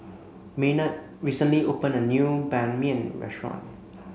Maynard recently opened a new Ban Mian restaurant